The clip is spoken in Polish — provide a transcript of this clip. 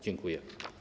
Dziękuję.